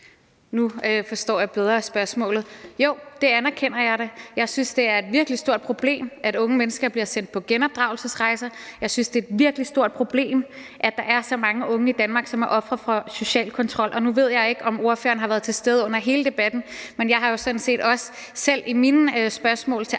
Nu forstår jeg bedre spørgsmålet. Jo, det anerkender jeg da. Jeg synes, det er et virkelig stort problem, at unge mennesker bliver sendt på genopdragelsesrejser, og jeg synes, det er et virkelig stort problem, at der er så mange unge i Danmark, som er ofre for social kontrol. Nu ved jeg ikke, om ordføreren har været til stede under hele debatten, men jeg har sådan set også i mine spørgsmål til